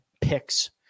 picks